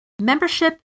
membership